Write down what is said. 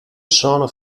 sono